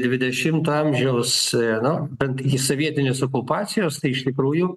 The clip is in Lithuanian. dvidešimto amžiaus nu bent iki sovietinės okupacijos tai iš tikrųjų